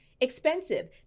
expensive